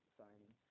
signing